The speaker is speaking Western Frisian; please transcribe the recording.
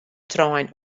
trein